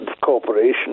corporation